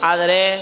Adre